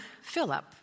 Philip